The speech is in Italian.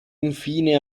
infine